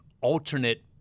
alternate